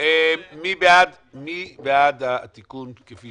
מי בעד התיקון כפי